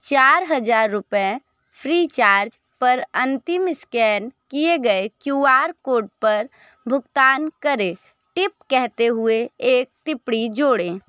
चार हज़ार रुपये फ़्रीचार्ज पर अंतिम स्कैन किए गए क्यू आर कोड पर भुगतान करें टिप कहते हुए एक टिप्पणी जोड़ें